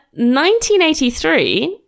1983